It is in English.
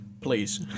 please